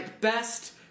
best